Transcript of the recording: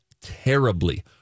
terribly